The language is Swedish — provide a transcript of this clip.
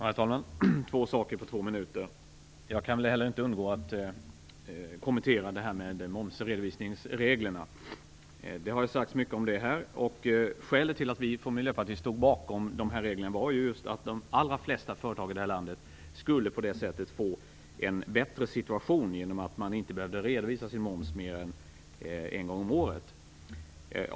Herr talman! Två saker på två minuter. Jag kan inte heller undgå att kommentera momsredovisningsreglerna. Det har sagts mycket om dem här. Skälet till att vi i Miljöpartiet stod bakom dessa regler var just att de allra flesta företag i det här landet skulle få en bättre situation genom att de inte behövde redovisa sin moms mer än en gång om året.